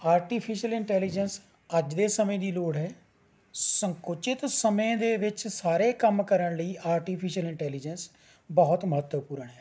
artificial intelligence ਅੱਜ ਦੇ ਸਮੇਂ ਦੀ ਲੋੜ ਹੈ ਸੰਕੁਚਿਤ ਸਮੇਂ ਦੇ ਵਿੱਚ ਸਾਰੇ ਕੰਮ ਕਰਨ ਲਈ ਆਰਟੀਫਿਸ਼ਲ ਇੰਨਟੈਲੀਜੈਂਸ ਬਹੁਤ ਮਹੱਤਵਪੂਰਨ ਹੈ